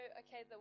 okay